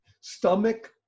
Stomach